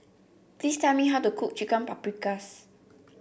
please tell me how to cook Chicken Paprikas